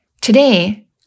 Today